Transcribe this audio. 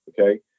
okay